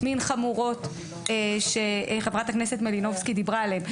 מין חמורות שחברת הכנסת מלינובסקי דיברה עליהן.